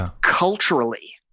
culturally